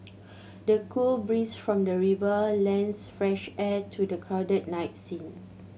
the cool breeze from the river lends fresh air to the crowded night scene